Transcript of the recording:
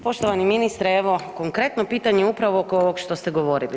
Poštovani ministre, evo konkretno pitanje upravo oko ovog što ste govorili.